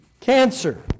cancer